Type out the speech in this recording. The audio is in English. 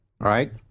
right